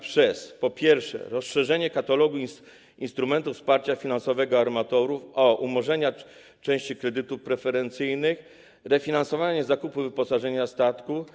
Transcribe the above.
Po pierwsze, rozszerza katalog instrumentów wsparcia finansowego armatorów o umorzenia części kredytów preferencyjnych i refinansowanie zakupu wyposażenia statku.